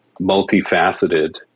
multifaceted